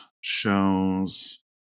shows